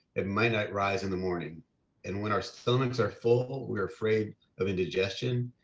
it might not rise in the morning and when our stomachs are full, we're afraid of indigestion.